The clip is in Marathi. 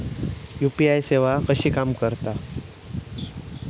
यू.पी.आय सेवा कशी काम करता?